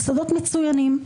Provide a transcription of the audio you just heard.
מוסדות מצוינים.